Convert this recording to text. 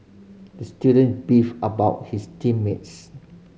the student beefed about his team mates